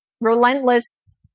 relentless